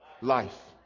Life